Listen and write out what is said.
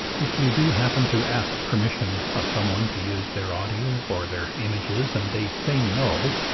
if you do happen to ask permission of someone to use their audio or their images and they say no,